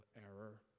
error